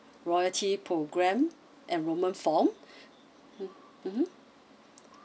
royalty program enrolment form mmhmm